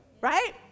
Right